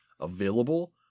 available